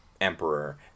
emperor